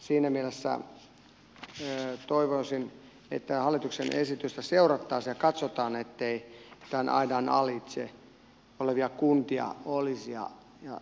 siinä mielessä toivoisin että hallituksen esitystä seurattaisiin ja katsotaan ettei tämän aidan alitse olevia kuntia olisi ha joo